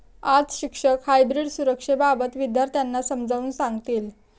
आज शिक्षक हायब्रीड सुरक्षेबाबत विद्यार्थ्यांना समजावून सांगतील